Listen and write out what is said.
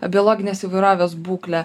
biologinės įvairovės būklę